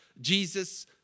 Jesus